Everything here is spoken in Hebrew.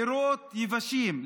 פירות יבשים,